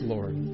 Lord